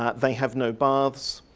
um they have no baths.